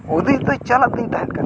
ᱪᱟᱞᱟᱫ ᱠᱤᱱ ᱛᱟᱦᱮᱱ ᱠᱟᱱᱟ